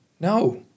No